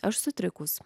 aš sutrikus